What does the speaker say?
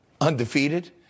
undefeated